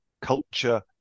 culture